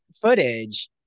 Footage